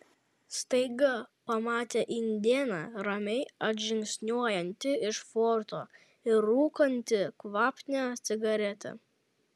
staiga pamatė indėną ramiai atžingsniuojantį iš forto ir rūkantį kvapnią cigaretę